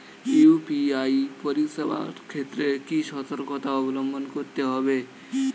UPI পরিসেবার ক্ষেত্রে কি সতর্কতা অবলম্বন করতে হবে?